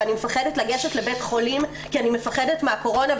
ואני פוחדת להגיע לבית החולים כי אני פוחדת מהקורונה,